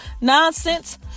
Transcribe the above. nonsense